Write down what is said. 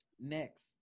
Next